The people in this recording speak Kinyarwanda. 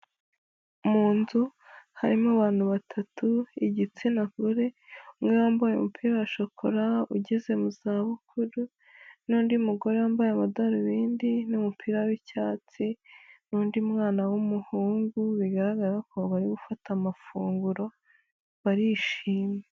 Mu nzu harimo abantu batatu, igitsina gore, umwe wambaye umupira wa shokora ugeze mu za bukuru n'undi mugore wambaye amadarubindi n'umupira w'icyatsi, n'undi mwana w'umuhungu, bigaragara ko bari gufata amafunguro barishimye.